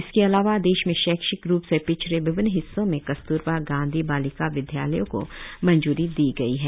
इसके अलावा देश में शैक्षिक रूप से पिछड़े विभिन्न हिस्सों में कस्तूरबा गांधी बालिका विद्यालयों को मंजूरी दी गई है